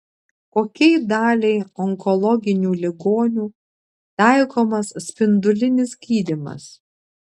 kokiai daliai onkologinių ligonių taikomas spindulinis gydymas